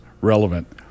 relevant